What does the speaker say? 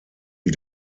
wie